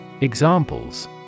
Examples